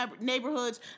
neighborhoods